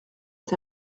est